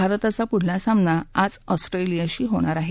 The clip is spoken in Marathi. भारताचा पुढचा सामना आज ऑस्ट्रेलियाशी होणार आहे